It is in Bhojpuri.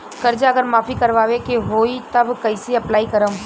कर्जा अगर माफी करवावे के होई तब कैसे अप्लाई करम?